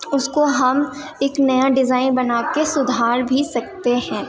اس کو ہم ایک نیا ڈیزائن بنا کے سدھار بھی سکتے ہیں